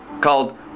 called